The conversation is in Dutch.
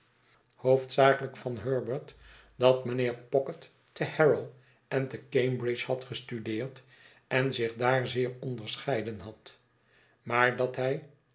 vernamik hoofdzakelijkvan herbert dat mijnheer pocket te harrow en te cambridge had gestudeerd en zich daar zeer onderscheiden had maar dat hij